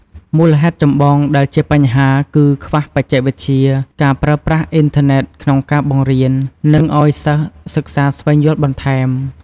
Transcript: មូលហេតុចម្បងដែលជាបញ្ហាគឺ ខ្វះបច្ចេកវិទ្យា ការប្រើប្រាស់អុីនធឺណេតក្នុងការបង្រៀន និងឱ្យសិស្សសិក្សាស្វែងយល់បន្ថែម។